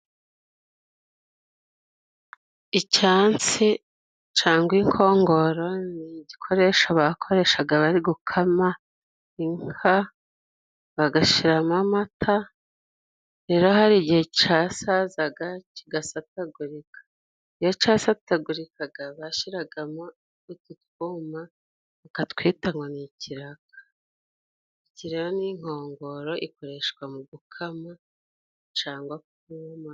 Icyansi cangwa inkongoro n'igikoresho bakoreshaga bari gukama inka bagashiramo amata, rero hari igihe casazaga kigasatagurika, iyo casatagurikaga bashiragamo utu twuma bakatwita ngo ni ikiraka, iki rero ni inkongoro ikoreshwa mu gukama cangwa kunywa amata.